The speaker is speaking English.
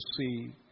see